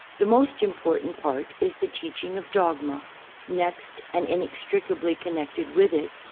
the most important part is the teaching of dogma next, and inex tricably connected with it,